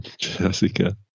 Jessica